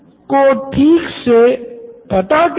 Nitin Kurian COO Knoin electronics दोनों एक ही बात है